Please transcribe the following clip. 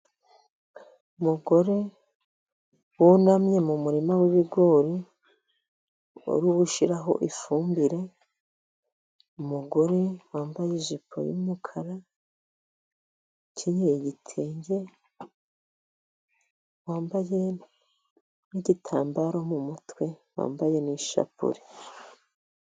Umugore wunamye mu murima w'ibigori uri gushyiraho ifumbire. Umugore wambaye ijipo y'umukara, ukenyeye igitenge, wambaye n'igitambaro mu mutwe, wambaye n'ishapure.